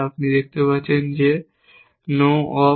আপনি দেখতে পাচ্ছেন যে no op